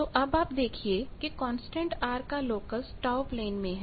तो अब आप देखिए कि कांस्टेंट R का लोकस τ प्लेन में है